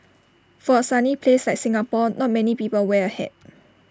for A sunny place like Singapore not many people wear A hat